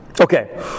Okay